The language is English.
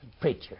preacher